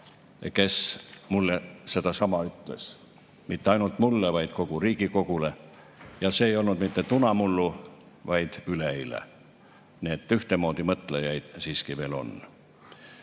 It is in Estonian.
kes mulle sedasama ütles, ja mitte ainult mulle, vaid kogu Riigikogule. Ja see ei olnud mitte tunamullu, vaid üleeile. Nii et ühtemoodi mõtlejaid siiski veel on. Ma